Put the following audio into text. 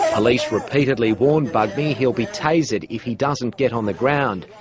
police repeatedly warn bugmy he'll be tasered if he doesn't get on the ground.